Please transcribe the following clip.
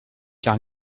car